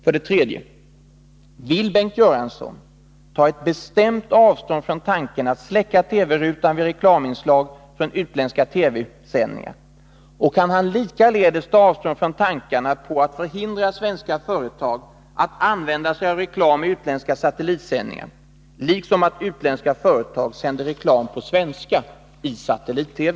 För det tredje: Vill Bengt Göransson bestämt ta avstånd från tanken att släcka TV-rutan vid reklaminslag från utländska TV-sändningar, och kan han likaledes ta avstånd från tankarna på att förhindra svenska företag att använda sig av reklam i utländska satellitsändningar liksom att utländska företag sänder reklam på svenska i satellit-TV?